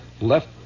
left